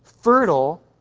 fertile